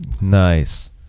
Nice